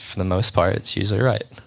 the most part it's usually right